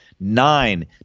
Nine